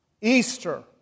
Easter